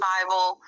Bible